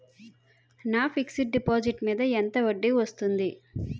నా fixed deposit మీద ఎంత వడ్డీ వస్తుంది?